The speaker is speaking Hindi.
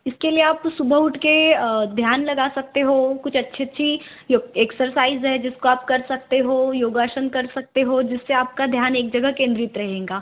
इसके लिए आप सुबह उठ कर ध्यान लगा सकते हो कुछ अच्छी अच्छी एक्सरसाइज़ है जिसको आप कर सकते हो योगासन कर सकते हो जिससे आपका ध्यान एक जगह केंद्रित रहेगा